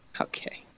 okay